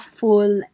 full